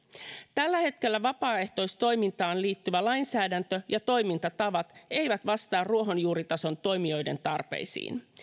tällä hetkellä vapaaehtoistoimintaan liittyvä lainsäädäntö ja toimintatavat eivät vastaa ruohonjuuritason toimijoiden tarpeisiin